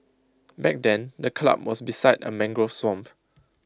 back then the club was beside A mangrove swamp